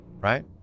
Right